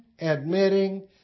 admitting